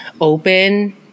open